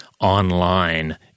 online